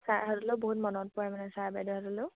ছাৰহঁতলেও বহুত মনত পৰে মানে চাৰ বাইদেউহঁতলেও